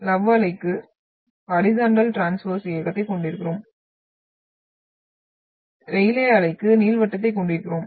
love அலைக்கு horizontal transverse இயக்கத்தைக் கொண்டிருக்கிறோம் ரெயிலே அலைக்கு நீள்வட்டத்தைக் கொண்டிருக்கிறோம்